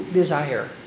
desire